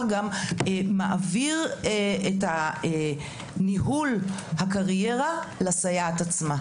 גם מעביר את ניהול הקריירה לסייעת עצמה.